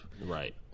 right